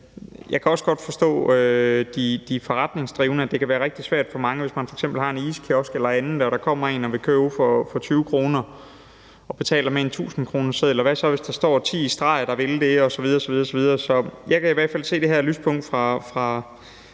Jeg kan også godt forstå de forretningsdrivende, altså at det kan være rigtig svært for mange, hvis man f.eks. har en iskiosk eller andet, når der kommer en og vil købe for 20 kr. og betaler med en 1.000-kroneseddel. Hvad så, hvis der kommer ti personer i streg, der vil det osv. osv.? Så jeg kan hvert fald se det her lyspunkt fra